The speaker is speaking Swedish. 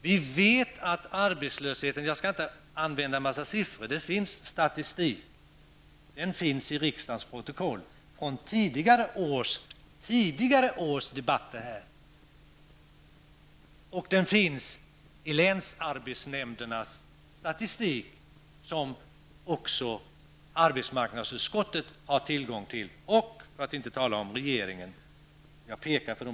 Jag skall inte läsa upp en mängd siffror om arbetslösheten, men det finns statistik i riksdagens protokoll från tidigare års debatter och hos länsarbetsnämnderna. Även arbetsmarknadsutskottet har tillgång till denna statistik och naturligtvis även regringen.